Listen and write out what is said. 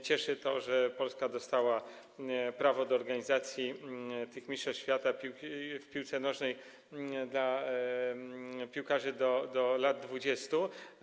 Cieszy to, że Polska dostała prawo organizacji tych mistrzostw świata w piłce nożnej dla piłkarzy do lat 20.